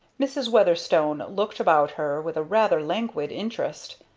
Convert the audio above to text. mrs. weatherstone looked about her with a rather languid interest.